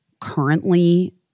currently